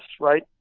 right